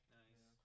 nice